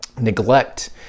Neglect